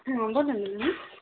हां बोला ना मॅडम